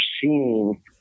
seeing –